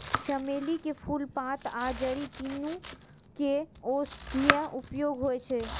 चमेली के फूल, पात आ जड़ि, तीनू के औषधीय उपयोग होइ छै